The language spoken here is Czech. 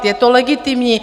Je to legitimní.